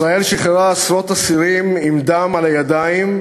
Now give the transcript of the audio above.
ישראל שחררה עשרות אסירים עם דם על הידיים,